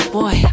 boy